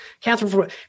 Catherine